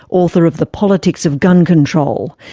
author of the politics of gun control.